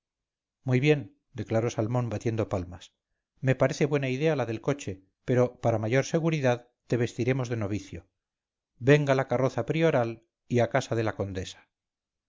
muy bien declaró salmón batiendo palmas me parece buena idea la del coche pero para mayor seguridad te vestiremos de novicio venga la carroza prioral y a casa de la condesa